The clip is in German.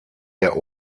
der